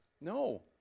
No